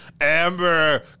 Amber